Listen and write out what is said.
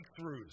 breakthroughs